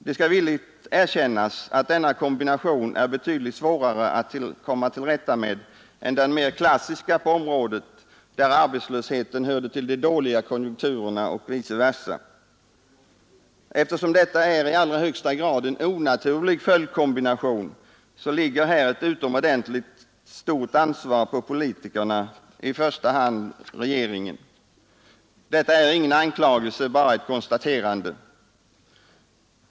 Det skall villigt erkännas att denna kombination är betydligt svårare att komma till rätta med än den mer klassiska på området, där arbetslösheten hörde till de dåliga konjunkturerna och vice versa. Eftersom detta är i allra högsta grad en onaturlig följdkombination, så ligger här ett utomordentligt stort ansvar på politikerna, i första hand regeringen. Detta är ingen anklagelse utan bara ett konstaterande.